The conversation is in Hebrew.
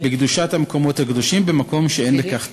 בקדושת המקומות הקדושים במקום שאין בכך צורך.